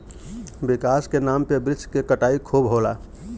विकास के नाम पे वृक्ष के कटाई खूब होला